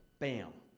bam!